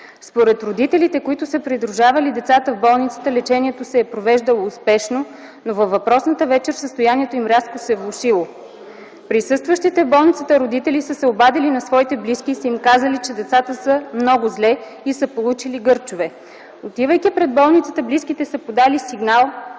Според родителите, които са придружавали децата в болницата лечението се е провеждало успешно, но във въпросната вечер състоянието им рязко се е влошило. Присъстващите в болницата родители са се обадили на своите близки и са им казали, че децата са много зле и са получили гърчове. Отивайки пред болницата близките са подали сигнал в